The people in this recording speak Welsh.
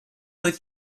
oedd